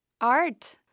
art